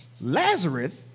Lazarus